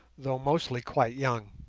though mostly quite young.